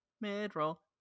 mid-roll